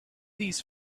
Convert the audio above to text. these